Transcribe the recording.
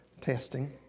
testing